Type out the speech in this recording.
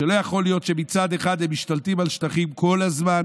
לא יכול להיות שמצד אחד הם משתלטים על שטחים כל הזמן,